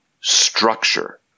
structure